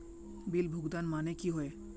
Bill भुगतान माने की होय?